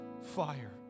fire